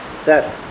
sir